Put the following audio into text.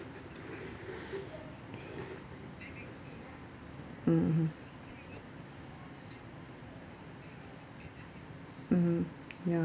mmhmm mmhmm ya